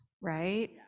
Right